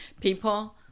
people